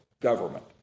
government